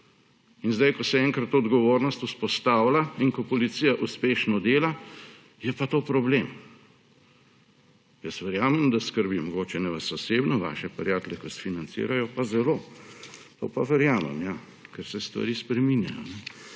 gospodje. Ko se enkrat odgovornost vzpostavlja in ko policija uspešno dela, je pa to problem. Jaz verjamem, da mogoče ne skrbi vas osebno, vaše prijatelje, ki financirajo, pa zelo; to pa verjamem, ker se stvari spreminjajo.